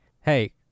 hey